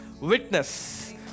Witness